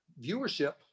viewership